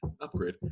Upgrade